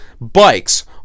bikes